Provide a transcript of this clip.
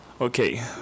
Okay